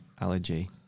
allergy